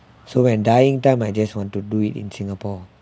so when dyeing time I just want to do it in singapore